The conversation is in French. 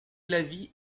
l’avis